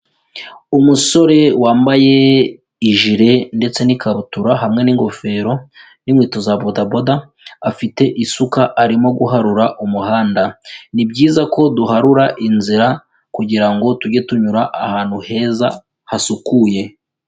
Umusore wambaye ijere ndetse n'ikabutura hamwe n'ingofero n'inkweto za bododaboda afite isuka arimo guharura umuhanda, ni byiza ko duharura inzira kugira ngo tujye tunyura ahantu heza hasukuye.